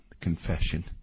confession